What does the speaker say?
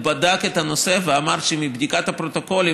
הוא בדק את הנושא ואמר: מבדיקת הפרוטוקולים,